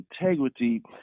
integrity